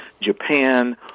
Japan